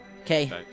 Okay